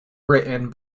written